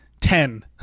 Ten